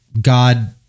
God